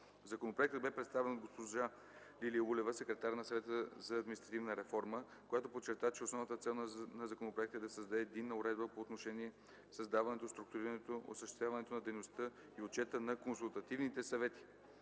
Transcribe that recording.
Законопроектът бе представен от госпожа Лилия Улева – секретар на Съвета за административна реформа към Министерския съвет, която подчерта, че основната цел на законопроекта е да създаде единна уредба по отношение създаването, структурирането, осъществяването на дейността и отчета на консултативните съвети.